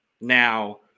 Now